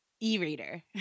E-reader